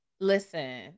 listen